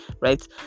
right